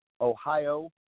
Ohio